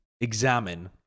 examine